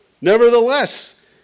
Nevertheless